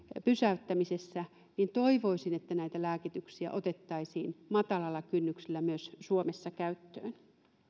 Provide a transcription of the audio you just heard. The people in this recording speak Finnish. pysäyttämisessä ja toivoisin että näitä lääkityksiä otettaisiin matalalla kynnyksellä myös suomessa käyttöön